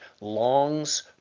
longs